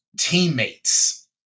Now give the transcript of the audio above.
teammates